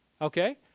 okay